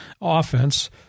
offense